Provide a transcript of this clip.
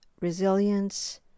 resilience